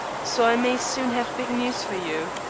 so i may soon have big news for you.